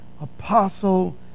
apostle